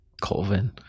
Colvin